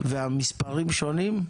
והמספרים שונים?